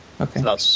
okay